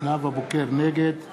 נגד